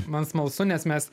man smalsu nes mes